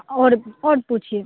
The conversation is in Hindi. और और पूछिए